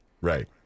Right